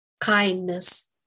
kindness